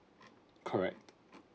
correct